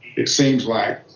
it seems like.